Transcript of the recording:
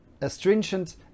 astringent